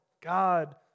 God